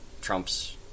trumps